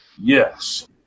yes